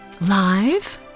live